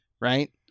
right